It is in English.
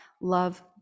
love